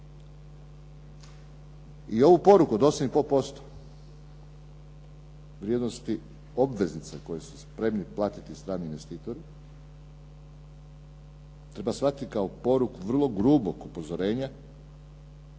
I ovu poruku od 8,5% vrijednosti obveznica koje su spremni platiti strani investitori treba shvatiti kao poruku vrlo grubog upozorenja